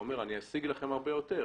בהן הוא אומר: אני אשיג לכם הרבה יותר.